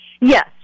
Yes